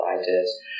ideas